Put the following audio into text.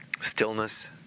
stillness